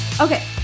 okay